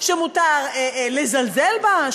שמותר לזלזל בה?